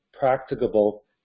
practicable